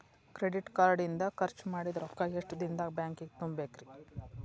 Credit card ಇಂದ್ ಖರ್ಚ್ ಮಾಡಿದ್ ರೊಕ್ಕಾ ಎಷ್ಟ ದಿನದಾಗ್ ಬ್ಯಾಂಕಿಗೆ ತುಂಬೇಕ್ರಿ?